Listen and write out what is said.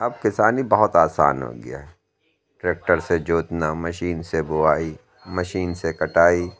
اب کسانی بہت آسان ہو گیا ہے ٹریکٹر سے جوتنا مشین سے بوئی مشین سے کٹائی